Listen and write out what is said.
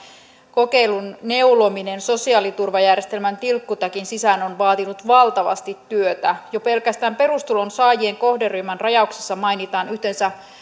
kokeilun neulominen sosiaaliturvajärjestelmän tilkkutäkin sisään on vaatinut valtavasti työtä jo pelkästään perustulon saajien kohderyhmän rajauksessa mainitaan yhteensä